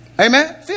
Amen